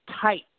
tight